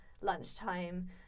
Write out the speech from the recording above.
lunchtime